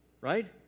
right